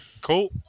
Cool